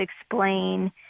explain